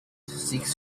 six